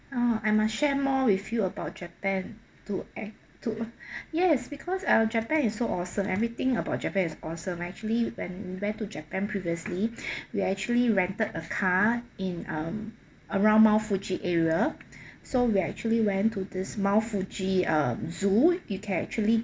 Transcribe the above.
oh I must share more with you about japan to ai~ to yes because uh japan is so awesome everything about japan is awesome actually when we went to japan previously we actually rented a car in um around mount fuji area so we actually went to this mount fuji um zoo you can actually